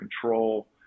control